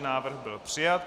Návrh byl přijat.